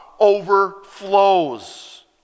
overflows